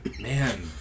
man